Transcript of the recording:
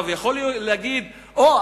אפשר להגיד: או,